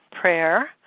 prayer